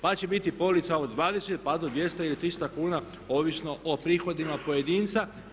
Pa će biti polica od 20 pa do 200 ili 300 kuna, ovisno o prihodima pojedinca.